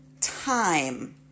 time